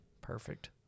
Perfect